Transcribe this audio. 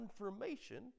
confirmation